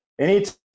anytime